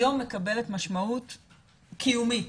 היום מקבלת משמעות קיומית,